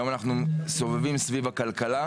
הים אנחנו סובבים סביב הכלכלה,